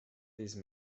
these